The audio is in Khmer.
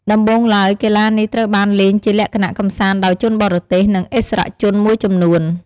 ដំបូងឡើយ កីឡានេះត្រូវបានលេងជាលក្ខណៈកម្សាន្តដោយជនបរទេស និងឥស្សរជនមួយចំនួន។